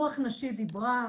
רוח נשית דיברה,